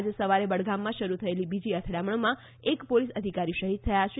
આજે સવારે બડગામમાં શરૂ થયેલી બીજી અથડામણમાં એક પોલીસ અધિકારી શહીદ થયા છે